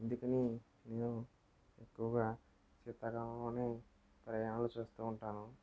అందుకని నేను ఎక్కువుగా శీతాకాలంలోనే ప్రయాణాలు చేస్తూ ఉంటాను